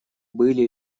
были